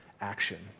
action